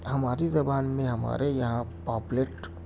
ہماری زبان میں ہمارے یہاں پاپلیٹ